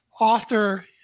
author